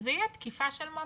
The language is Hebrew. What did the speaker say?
שזה יהיה תקיפה של ממש,